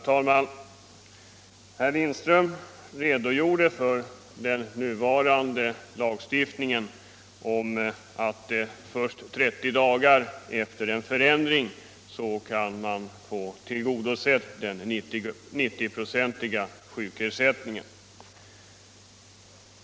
Herr talman! Herr Lindström redogjorde för den nuvarande lagstiftningen — att man först 30 dagar efter en förändring kan få den 90-procentiga sjukersättningen.